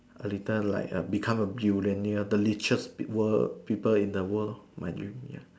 a little like a become a billionaire the richest world people in the world lor my dream ya